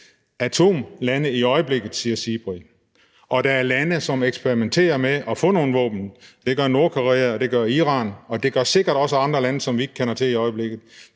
atomlande i øjeblikket, siger SIPRI. Og der er lande, som eksperimenterer med at få nogle våben, det gør Nordkorea, og det gør Iran, og det gør andre lande, som vi ikke kender til i øjeblikket,